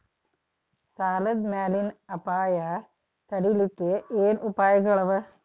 ಸಾಲದ್ ಮ್ಯಾಲಿನ್ ಅಪಾಯ ತಡಿಲಿಕ್ಕೆ ಏನ್ ಉಪಾಯ್ಗಳವ?